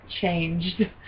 changed